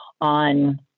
on